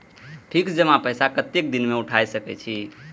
Fix जमा पैसा कतेक दिन में उठाई सके छी?